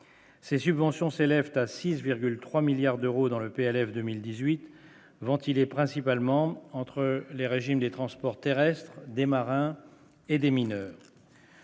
Ces subventions s'élève ta 6,3 milliards d'euros dans le PLF 2018, principalement entre les régimes des transports terrestres des marins et des mineurs.